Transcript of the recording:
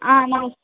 ಆಂ ನಾವು